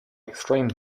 extreme